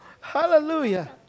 Hallelujah